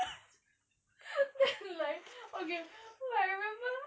then like okay oh I remember